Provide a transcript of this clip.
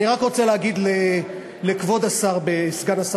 אני רק רוצה להגיד לכבוד השר בן-דהן,